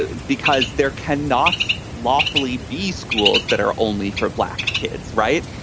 ah because there can not lawfully be schools that are only for black kids. right.